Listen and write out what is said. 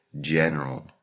general